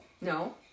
No